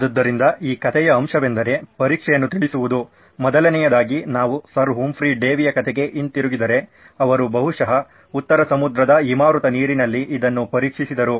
ಆದ್ದರಿಂದ ಈ ಕಥೆಯ ಅಂಶವೆಂದರೆ ಪರೀಕ್ಷೆಯನ್ನು ತಿಳಿಸುವುದು ಮೊದಲನೆಯದಾಗಿ ನಾವು ಸರ್ ಹುಂಫ್ರಿ ಡೇವಿಯ ಕಥೆಗೆ ಹಿಂತಿರುಗಿದರೆ ಅವರು ಬಹುಶಃ ಉತ್ತರ ಸಮುದ್ರದ ಹಿಮಾವೃತ ನೀರಿನಲ್ಲಿ ಇದನ್ನು ಪರೀಕ್ಷಿಸಿದರು